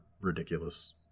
ridiculous